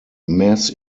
mass